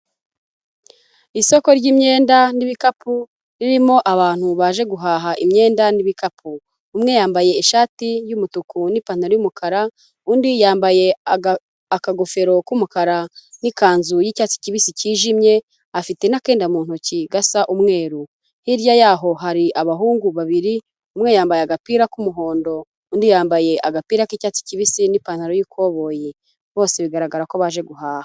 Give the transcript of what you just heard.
Isoko ry'imyenda n'ibikapu birimo abantu baje guhaha imyenda n'ibikapu, umwe yambaye ishati y'umutuku n'ipantaro y'umukara, undi yambaye akagofero k'umukara n'ikanzu y'icyatsi kibisi kijimye afite na kenda mu ntoki gasa umweru. Hirya yaho hari abahungu babiri, umwe yambaye agapira k'umuhondo, undi yambaye agapira k'icyatsi kibisi n'ipantaro yikoboye, bose bigaragara ko baje guhaha.